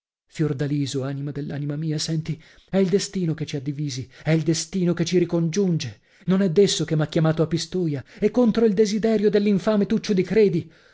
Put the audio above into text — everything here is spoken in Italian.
fiordaliso anima dell'anima mia senti è il destino che ci ha divisi è il destino che ci ricongiunge non è desso che m'ha chiamato a pistola e contro il desiderio dell'infame tuccio di credi